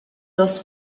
los